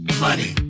Money